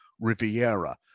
Riviera